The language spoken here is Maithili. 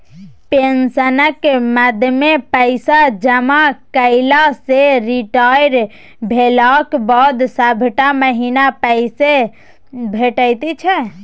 पेंशनक मदमे पैसा जमा कएला सँ रिटायर भेलाक बाद सभटा महीना पैसे भेटैत छै